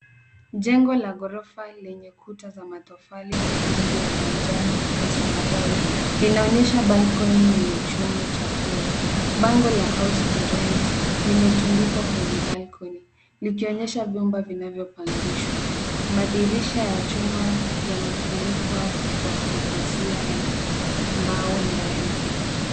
Jengo la ghorofa lenye kuta za matofali na rangi ya manjano na zambarau linaonyesha balcony yenye chuma cha pua. Bango la house to rent ,limetundikwa kwenye balcony likionyesha vyumba vinavyopangishwa. Madirisha ya chuma yamefunikwa kwa mapazia ya mbao ndani.